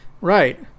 right